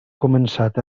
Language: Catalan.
començat